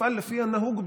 תפעל לפי הנהוג בה.